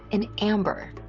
in amber.